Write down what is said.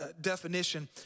definition